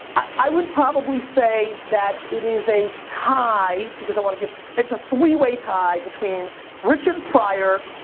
i would probably say that it is a tie, because i wanna give it's a three-way tie between richard pryor,